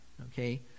okay